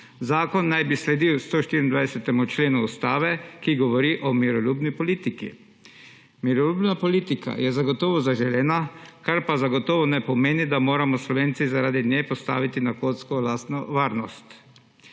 naj bi sledil 124. členu Ustave, ki govori o miroljubni politiki. Miroljubna politika je zagotovo zaželena, kar pa zagotovo ne pomeni, da moramo Slovenci zaradi nje postaviti na kocko lastno varnost.